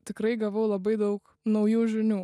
tikrai gavau labai daug naujų žinių